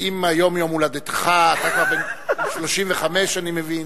אם היום יום הולדתך, אתה כבר בן 35 אני מבין.